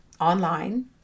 online